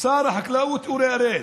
שר החקלאות אורי אריאל,